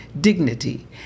dignity